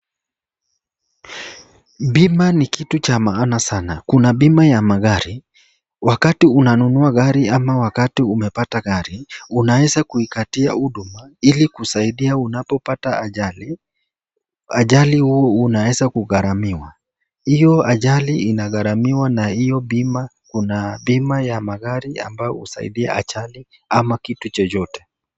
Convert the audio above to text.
Bima ni kitu cha maana sana. Kuna bima ya magari. Wakati una nunua gari ama wakati umepata gari, unaweza kuikatia huduma ili kusaidia unapopata ajali. Ajali huo unaweza kugharamiwa. Hiyo ajali inagharamiwa na hiyo bima, kuna bima ya magari ambayo husaidia ajali ama kitu chochote.